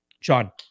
John